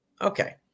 Okay